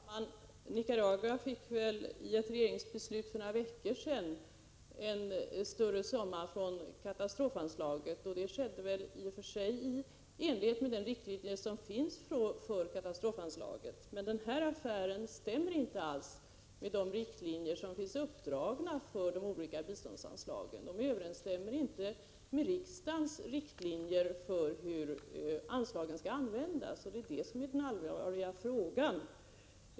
Herr talman! Nicaragua fick genom ett regeringsbeslut för några veckor sedan en större summa från katastrofanslaget, och det skedde väl i och för sig i enlighet med de riktlinjer som finns. Men den här affären stämmer inte alls överens med de riktlinjer som finns uppdragna för de olika biståndsanslagen och överensstämmer inte med riksdagens riktlinjer för hur anslagen skall användas. Det är det som är den allvarliga frågan.